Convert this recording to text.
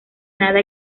nada